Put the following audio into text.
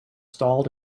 stalled